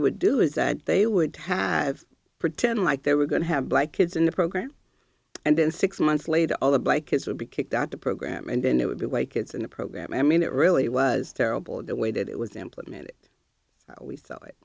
would do is that they would have pretend like they were going to have black kids in the program and then six months later all of my kids would be kicked out the program and then it would be like kids in the program i mean it really was terrible the way that it was implemented we